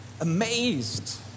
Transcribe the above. Amazed